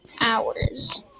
hours